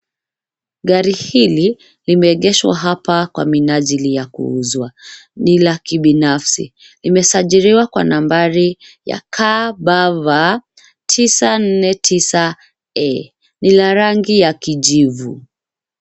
Gari hili limeegeshwa hapa kwa minajili ya kuuzwa, ni la kibinafsi. Limesajiliwa kwa nambari KBV 949 A. Ni la rangi ya kijivu.